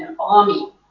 army